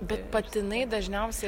bet patinai dažniausiai